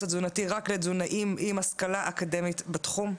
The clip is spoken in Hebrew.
התזונתי רק לתזונאים עם השכלה אקדמית בתחום.